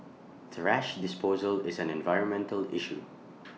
thrash disposal is an environmental issue